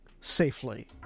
safely